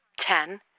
ten